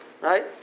right